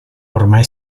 ormai